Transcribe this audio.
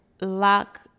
Lock